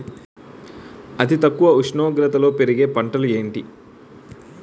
అతి తక్కువ ఉష్ణోగ్రతలో పెరిగే పంటలు ఏంటి?